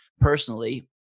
Personally